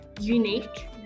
unique